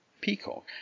peacock